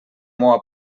meua